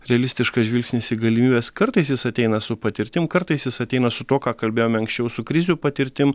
realistiškas žvilgsnis į galimybes kartais jis ateina su patirtim kartais jis ateina su tuo ką kalbėjome anksčiau su krizių patirtim